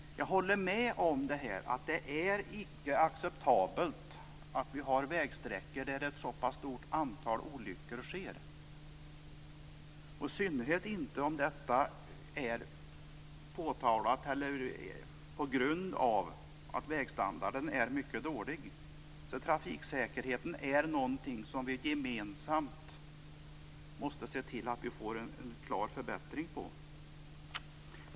Jag håller med om att det icke är acceptabelt att vi har vägsträckor där det sker ett så stort antal olyckor, i synnerhet inte om det beror på att vägstandarden är mycket dålig. Vi måste gemensamt få till stånd en klar förbättring av trafiksäkerheten.